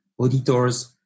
auditors